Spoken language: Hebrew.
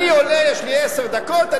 אני עולה, יש לי עשר דקות.